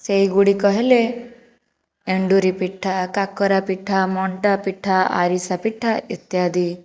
ସେଇ ଗୁଡ଼ିକ ହେଲେ ଏଣ୍ଡୁରି ପିଠା କାକରା ପିଠା ମଣ୍ଡା ପିଠା ଆରିସା ପିଠା ଇତ୍ୟାଦି